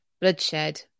bloodshed